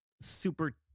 super